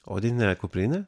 odine kuprine